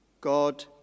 God